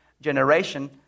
generation